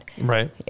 Right